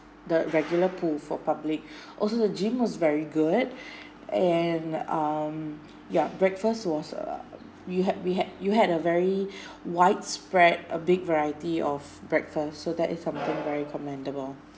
the regular pool for public also the gym was very good and um yeah breakfast was uh we had we had you had a very widespread a big variety of breakfast so that is something very commendable